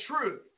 truth